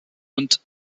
und